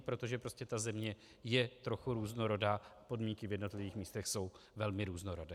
Protože ta země je trochu různorodá a podmínky v jednotlivých místech jsou velmi různorodé.